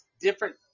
different